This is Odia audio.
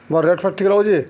ଭଲ୍ ରେଟ୍ ଫେଟ୍ ଠିକ୍ ରହୁଛେ